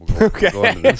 Okay